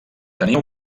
tenia